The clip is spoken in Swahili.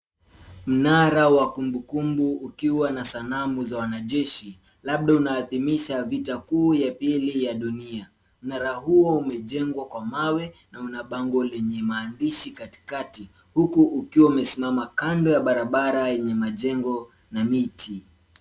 Mnara wa kumbukumbu ukiwa na sanamu za wanajeshi labda unaadhimisha vita kuu ya pili ya dunia. Mnara huo umejengwa kwa mawe na una bango lenye maandishi katikati, huku ukiwa umesimama kando ya barabara yenye majengo na miti